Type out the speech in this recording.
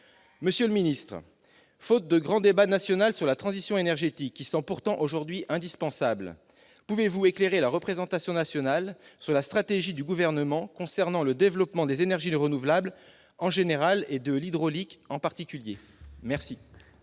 en l'absence de grand débat national sur la transition énergétique qui semble pourtant indispensable, pouvez-vous éclairer la représentation nationale sur la stratégie du Gouvernement concernant le développement des énergies renouvelables en général et de l'hydraulique en particulier ?